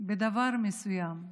בדבר מסוים.